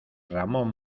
ramón